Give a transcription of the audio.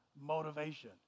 motivation